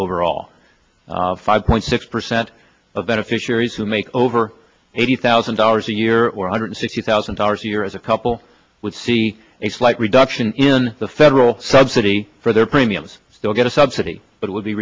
overall five point six percent of beneficiaries who make over eighty thousand dollars a year or a hundred fifty thousand dollars a year as a couple would see a slight reduction in the federal subsidy for their premiums still get a subsidy but it would be